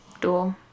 Dual